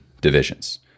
divisions